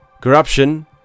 Corruption